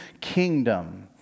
kingdom